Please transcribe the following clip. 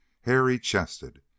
hairy-chested